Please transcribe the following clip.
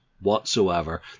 Whatsoever